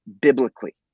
biblically